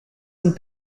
and